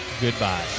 Goodbye